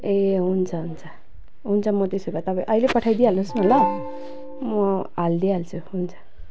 ए हुन्छ हुन्छ हुन्छ म त्यसो भए तपाईँ अहिले पठाइ दिइहाल्नुहोस् न ल म हालिदिइहाल्छु हुन्छ